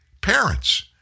parents